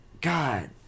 God